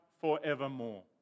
forevermore